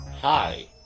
Hi